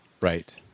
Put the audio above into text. Right